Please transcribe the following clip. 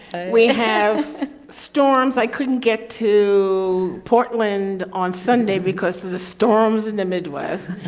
we have storms. i couldn't get to portland on sunday because of the storms in the midwest.